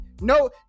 No